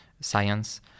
science